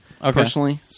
personally